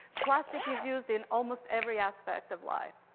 plastic is used in almost every aspect of life.